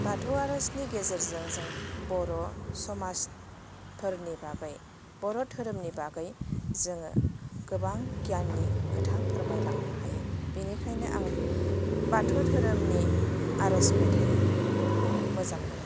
बाथौ आरजनि गेजेरजों जों बर' समाजफोरनि बागै बर' धोरोमनि बागै जोङो गोबां गियाननि खोथा फोरमायलांनो हायो बेनिखायनो आं बाथौ धोरोमनि आर'ज मेथाइखौ मोजां मोनो